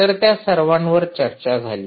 तर त्या सर्वांवर चर्चा झाली